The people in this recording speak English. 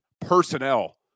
personnel